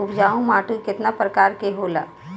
उपजाऊ माटी केतना प्रकार के होला?